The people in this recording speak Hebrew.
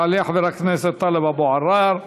יעלה חבר הכנסת טלב אבו עראר,